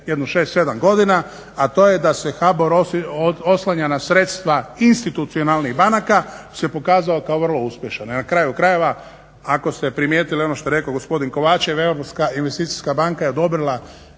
7 godina, a to je da se HBOR oslanja na sredstva institucionalnih banaka se pokazao kao vrlo uspješan. I na kraju krajeva ako ste primijetili ono što je rekao gospodin Kovačev Europska investicijska banka je odobrila